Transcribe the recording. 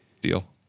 deal